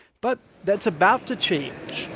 but that's about to change.